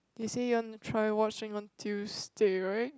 you say you want to try watching on Tuesday right